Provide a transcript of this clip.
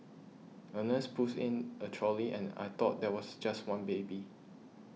a nurse pushed in a trolley and I thought there was just one baby